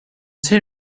tin